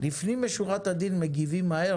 לפנים משורת הדין אנחנו מגיבים מהר